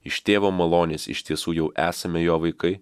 iš tėvo malonės iš tiesų jau esame jo vaikai